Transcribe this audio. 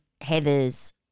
Heather's